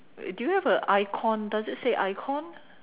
do you have a icon does it say icon